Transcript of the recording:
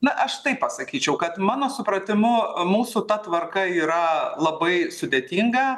na aš taip pasakyčiau kad mano supratimu mūsų ta tvarka yra labai sudėtinga